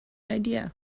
idea